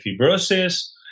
fibrosis